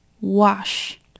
wash